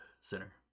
center